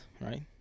right